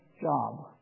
job